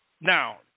Now